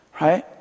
right